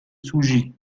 sougy